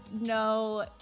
no